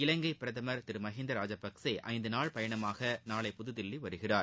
இலங்கை பிரதமர் திரு மகிந்த ராஜபக்சே ஐந்து நாள் பயணமாக நாளை புதுதில்லி வருகிறார்